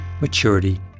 maturity